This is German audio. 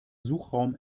suchraum